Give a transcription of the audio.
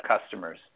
customers